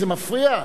זה מפריע.